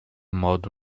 modo